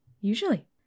usually